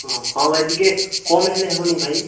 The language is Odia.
ହଁ ଭାଇ ଟିକେ କମ୍ ହେଲେ ହେବନି ଭାଇ